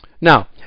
Now